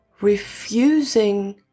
refusing